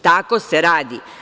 Tako se radi.